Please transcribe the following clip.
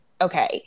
okay